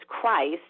Christ